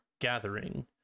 Gathering